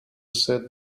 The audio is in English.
set